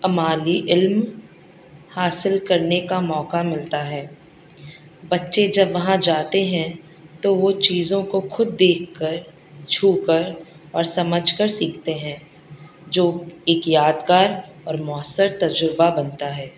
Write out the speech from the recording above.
عملی علم حاصل کرنے کا موقع ملتا ہے بچے جب وہاں جاتے ہیں تو وہ چیزوں کو خود دیکھ کر چھو کر اور سمجھ کر سیکھتے ہیں جو ایک یادگار اور مؤثر تجربہ بنتا ہے